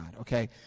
okay